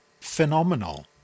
phenomenal